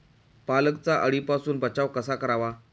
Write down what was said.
पालकचा अळीपासून बचाव कसा करावा?